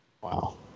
wow